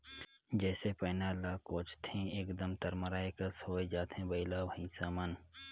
जइसे पैना ल कोचथे एकदम तरमराए कस होए जाथे बइला भइसा मन